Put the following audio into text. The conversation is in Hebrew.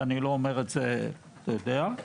ואני לא אומר את זה אתה יודע,